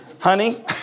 Honey